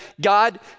God